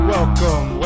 Welcome